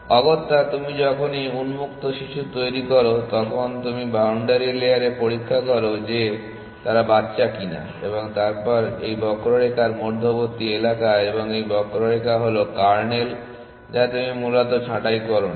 অগত্যা তুমি যখনই উন্মুক্ত শিশু তৈরি করো তখন তুমি বাউন্ডারি লেয়ারে পরীক্ষা করো যে তারা বাচ্চা কিনা এবং তারপর এই বক্ররেখার মধ্যবর্তী এলাকা এবং এই বক্ররেখা হল কার্নেল যা তুমি মূলত ছাঁটাই করোনি